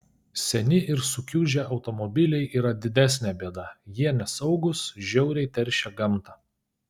seni ir sukiužę automobiliai yra didesnė bėda jie nesaugūs žiauriai teršia gamtą